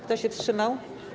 Kto się wstrzymał?